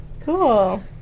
Cool